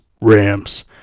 Rams